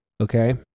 Okay